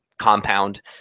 compound